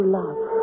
love